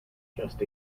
just